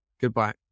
Goodbye